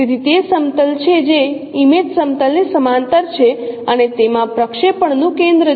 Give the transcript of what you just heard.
તેથી તે સમતલ છે જે ઇમેજ સમતલ ની સમાંતર છે અને તેમાં પ્રક્ષેપણનું કેન્દ્ર છે